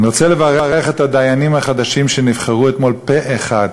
אני רוצה לברך את הדיינים החדשים שנבחרו אתמול פה-אחד